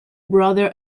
brother